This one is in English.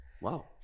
Wow